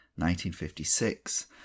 1956